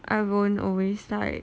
I won't always like